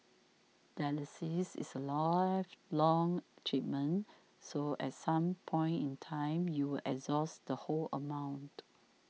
dialysis is a lifelong treatment so as some point in time you will exhaust the whole amount